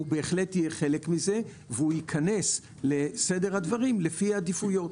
הוא בהחלט יהיה חלק מזה והוא ייכנס לסדר הדברים לפי העדיפויות.